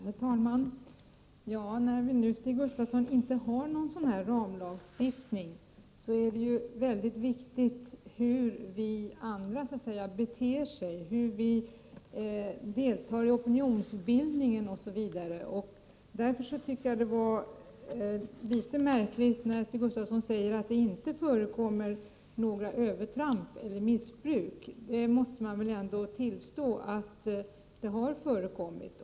Herr talman! När vi nu, Stig Gustafsson, inte har en ramlagstiftning är det mycket viktigt hur vi andra beter oss, hur vi deltar i opinionsbildningen osv. Det är litet märkligt att Stig Gustafsson säger att det inte förkommer några övertramp eller något missbruk. Han måste väl ändå tillstå att sådant har förekommit.